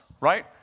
right